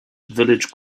village